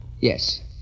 Yes